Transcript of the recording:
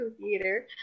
theater